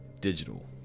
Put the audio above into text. Digital